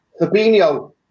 Fabinho